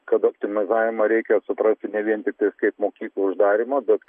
kad optimizavimą reikia suprasti ne vien tiktais kaip mokyklų uždarymą bet